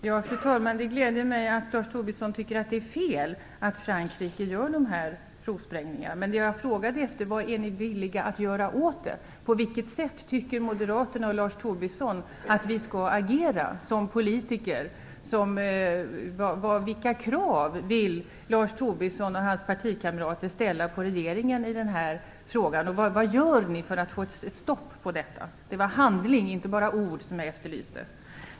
Fru talman! Det gläder mig att Lars Tobisson tycker att det är fel att Frankrike genomför de här provsprängningarna, men det jag frågade efter var vad ni är villiga att göra åt dem. På vilket sätt tycker moderaterna och Lars Tobisson att vi skall agera som politiker? Vilka krav vill Lars Tobisson och hans partikamrater ställa på regeringen i den här frågan? Vad gör ni för att få ett stopp på detta? Det var handling, inte bara ord, som jag efterlyste.